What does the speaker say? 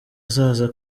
azaza